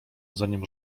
zanim